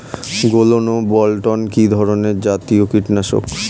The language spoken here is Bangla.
গোলন ও বলটন কি ধরনে জাতীয় কীটনাশক?